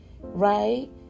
right